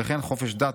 וכן 'חופש דת,